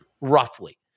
roughly